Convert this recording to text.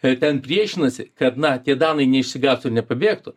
a ten priešinasi kad na tie danai neišsigąstų nepabėgtų